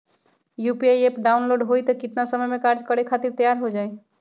UPI app download होई त कितना समय मे कार्य करे खातीर तैयार हो जाई?